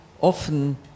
often